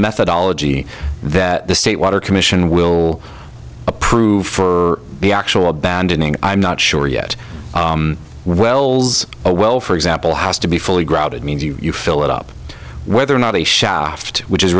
methodology that the state water commission will approve for the actual abandoning i'm not sure yet wells well for example has to be fully grouted means you'd fill it up whether or not a shaft which is